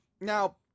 Now